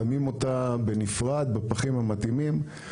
שמים אותה בנפרד בפחים המתאימים.